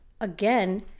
again